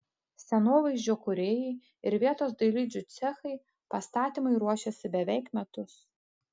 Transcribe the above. scenovaizdžio kūrėjai ir vietos dailidžių cechai pastatymui ruošėsi beveik metus